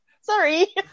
Sorry